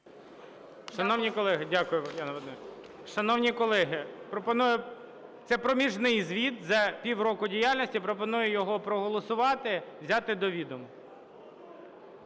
Шановні колеги, це проміжний звіт за півроку діяльності. Пропоную його проголосувати взяти до відома.